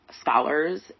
scholars